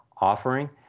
offering